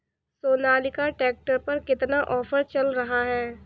Sonalika tractor पर कितना offer चल रहा है?